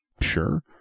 Sure